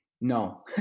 No